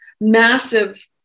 massive